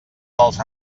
dels